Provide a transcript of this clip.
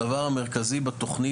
הדבר המרכזי בתוכנית,